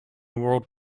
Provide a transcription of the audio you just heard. world